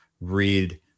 read